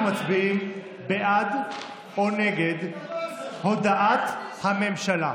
אנחנו מצביעים בעד או נגד הודעת הממשלה,